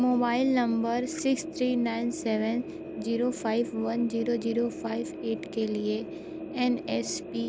mobile नम्बर six three nine seven zero five one zero zero five eight के लिए N S P